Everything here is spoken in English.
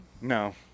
No